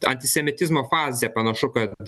antisemitizmo fazę panašu kad